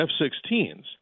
F-16s